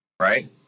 right